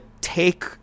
take